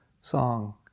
song